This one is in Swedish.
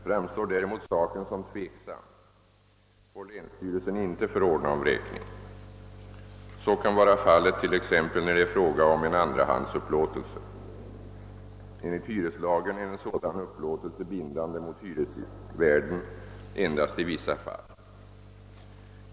Framstår däremot saken som tveksam får länsstyrelsen inte förordna om vräkning. Så kan vara fallet t.ex. när det är fråga om en andrahandsupplåtelse. Enligt hyreslagen är en sådan upplåtelse bindande mot hyresvärden endast i vissa fall.